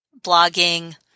blogging